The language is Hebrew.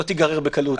לא תיגרר בקלות.